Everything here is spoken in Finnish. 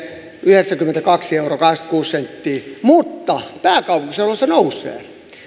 yhdeksänkymmentäkaksi euroa kahdeksankymmentäkuusi senttiä mutta pääkaupunkiseudulla se nousee